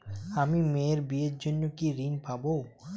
আমি মেয়ের বিয়ের জন্য কি ঋণ পাবো?